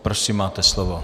Prosím, máte slovo.